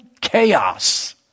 chaos